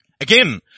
Again